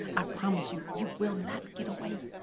i promise you, you will not get away.